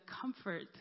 comfort